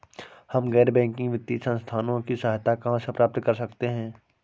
हम गैर बैंकिंग वित्तीय संस्थानों की सहायता कहाँ से प्राप्त कर सकते हैं?